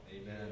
Amen